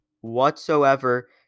whatsoever